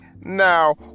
now